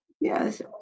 yes